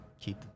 keep